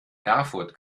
erfurt